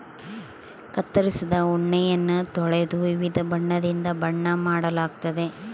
ಕತ್ತರಿಸಿದ ಉಣ್ಣೆಯನ್ನ ತೊಳೆದು ವಿವಿಧ ಬಣ್ಣದಿಂದ ಬಣ್ಣ ಮಾಡಲಾಗ್ತತೆ